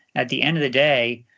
at the end of the day,